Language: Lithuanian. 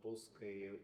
bus kai